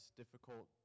difficult